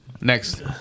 Next